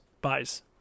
Buys